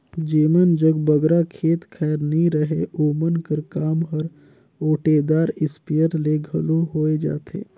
जेमन जग बगरा खेत खाएर नी रहें ओमन कर काम हर ओटेदार इस्पेयर ले घलो होए जाथे